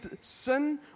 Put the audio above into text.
sin